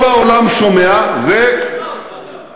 חוזרים בהטחות על ישראל בלי לבדוק,